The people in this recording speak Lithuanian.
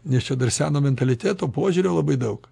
nes čia dar seno mentaliteto požiūrio labai daug